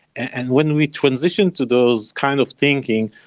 and when we transition to those kind of thinking,